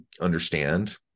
understand